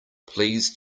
please